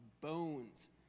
bones